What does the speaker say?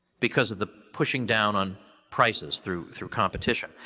because of the pushing-down on prices through through competition.